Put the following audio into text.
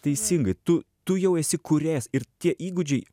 teisingai tu tu jau esi kūrėjas ir tie įgūdžiai